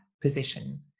position